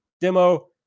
demo